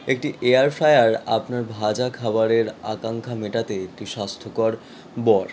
একটি air fryer আপনার ভাজা খাবারের আকাঙ্ক্ষা মেটাতে একটি স্বাস্থ্যকর বর